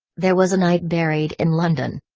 there was a knight buried in london.